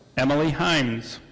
emilee heims.